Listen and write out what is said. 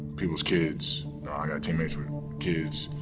people's kids, i got teammates with kids,